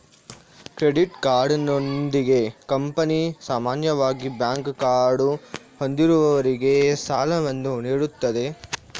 credit ಕಾರ್ಡಿನೊಂದಿಗೆ company ಸಾಮಾನ್ಯವಾಗಿ bank card ಹೊಂದಿರುವವರಿಗೆ ಸಾಲವನ್ನು ನೀಡುತ್ತದೆ